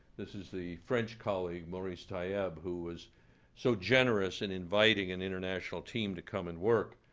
this is the french colleague, maurice taieb who was so generous in inviting an international team to come and work.